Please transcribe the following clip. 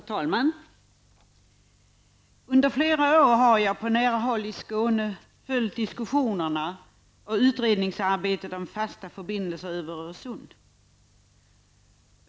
Herr talman! Under flera år har jag på nära håll i Skåne följt diskussionerna och utredningsarbetet om fasta förbindelser över Öresund.